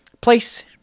place –